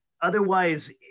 Otherwise